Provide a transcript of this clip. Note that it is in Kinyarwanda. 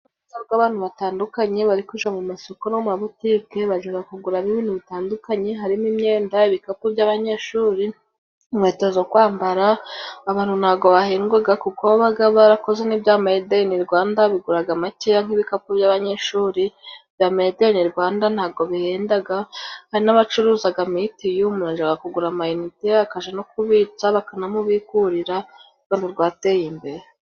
Urujya nuruza rw'abantu batandukanye, bari kwijya mu masoko, mu mabutike bajya kuguramo bitandukanye, harimo imyenda, ibikapu by'abanyeshuri, inkweto zo kwambara, abantu ntago bahendwa kuko baba barakoze ibya medi in rwanda, bigura make, nk'ibikapu by'abanyeshuri, bya medi ini rwanda ntago bihenda, hari n'abacuruza mitiyu, umutu ajya kugura amainite akajya no kubitsa bakanamubikuririra, urwateye imbere.